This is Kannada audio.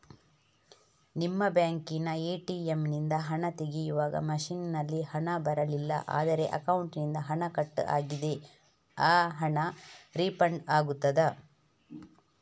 ನಿಮ್ಮ ಬ್ಯಾಂಕಿನ ಎ.ಟಿ.ಎಂ ನಿಂದ ಹಣ ತೆಗೆಯುವಾಗ ಮಷೀನ್ ನಲ್ಲಿ ಹಣ ಬರಲಿಲ್ಲ ಆದರೆ ಅಕೌಂಟಿನಿಂದ ಹಣ ಕಟ್ ಆಗಿದೆ ಆ ಹಣ ರೀಫಂಡ್ ಆಗುತ್ತದಾ?